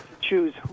choose